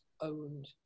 owned